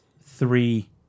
three